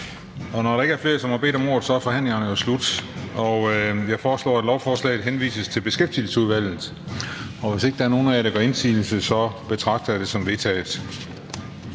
Da der ikke er flere, som har bedt om ordet, er forhandlingen slut. Jeg foreslår, at lovforslaget henvises til Beskæftigelsesudvalget. Hvis ikke nogen af jer gør indsigelse, betragter jeg det som vedtaget.